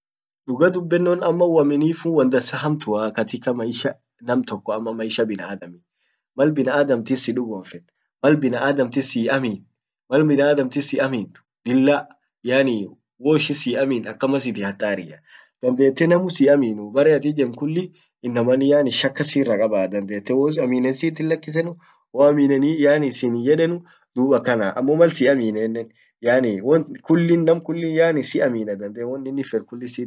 duga dubennon ama uaminifun katika maisha namtokko ama maisha binaadamit mal binaadamtiti sidugomfet, mal binaadamtit sihiamin mal biaadamtit siamint lilla yaani woishin siamint akkama sitihataria dandette namuu sihiaminuu bare at ijemt kulli inaman yaani shakka sirra kabaah, dandete woaminen sitinlakisenu waaminenii yaani sin yedenu dub akana, ammo mal siamineninnen won kullin nam kullin yaani siamina dandee won innin fed kulli sit hinlakifeta.